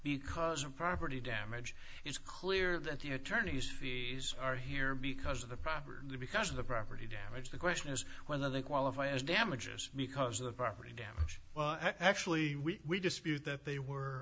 because of property damage it's clear that the attorney's fees are here because of the property because of the property damage the question is whether they qualify as damages because of property damage actually we dispute that they were